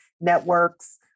networks